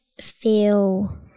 feel